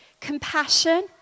compassion